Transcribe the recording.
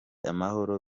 amahoro